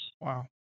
Wow